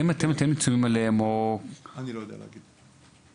האם אתם --- אני לא יודע להגיד.